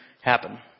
happen